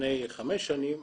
לפני חמש שנים,